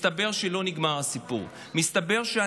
מסתבר שלא נגמר הסיפור.